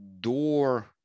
door